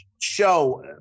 Show